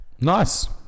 nice